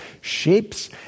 shapes